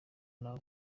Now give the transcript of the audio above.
ntawe